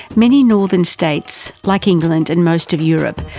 many northern states, like england and most of europe,